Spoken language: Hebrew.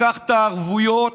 לקחת ערבויות.